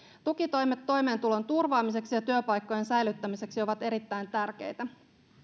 tukitoimet toimeentulon turvaamiseksi ja työpaikkojen säilyttämiseksi ovat erittäin tärkeitä